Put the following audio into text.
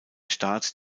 staat